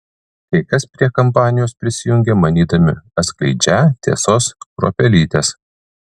kai kas prie kampanijos prisijungia manydami atskleidžią tiesos kruopelytes